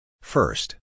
First